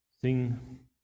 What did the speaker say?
sing